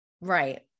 Right